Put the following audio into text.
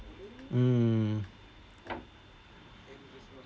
mm